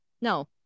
No